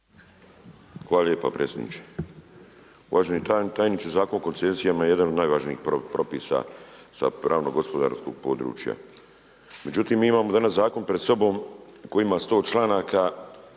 Hvala lijepa predsjedniče. Uvaženi tajničke, Zakon o koncesijama je jedan od najvažnijih propisa sa pravno-gospodarskog područja. Međutim, mi imamo danas zakon pred sobom koji ima 100 članaka